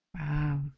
Wow